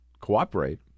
cooperate